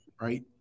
right